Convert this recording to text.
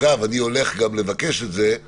דרך אגב, אני הולך לבקש את זה גם